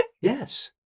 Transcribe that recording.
yes